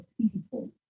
people